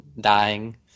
dying